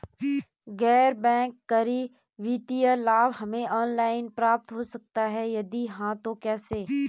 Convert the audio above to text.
गैर बैंक करी वित्तीय लाभ हमें ऑनलाइन प्राप्त हो सकता है यदि हाँ तो कैसे?